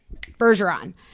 Bergeron